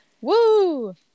woo